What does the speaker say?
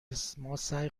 سعی